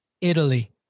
Italy